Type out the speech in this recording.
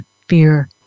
fear